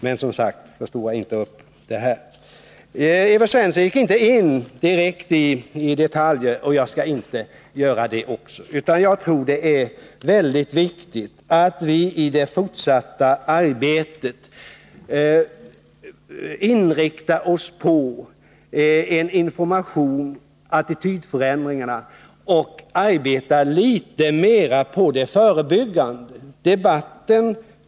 Men, som sagt, förstora inte upp reservationerna! Evert Svensson gick inte in på detaljer, och jag skall inte heller göra det. Jag tror att det är mycket viktigt att vi i det fortsatta arbetet inriktar oss på information, på attitydförändringarna, och arbetar litet mera på det förebyggande planet.